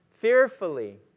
fearfully